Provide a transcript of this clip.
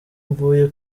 mvuye